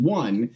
one